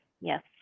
Yes